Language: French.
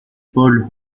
paul